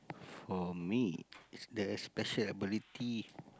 for me is the special ability